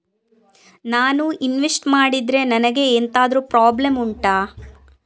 ನಾನು ಇನ್ವೆಸ್ಟ್ ಮಾಡಿದ್ರೆ ನನಗೆ ಎಂತಾದ್ರು ಪ್ರಾಬ್ಲಮ್ ಉಂಟಾ